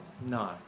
No